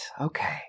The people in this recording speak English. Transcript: Okay